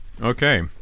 Okay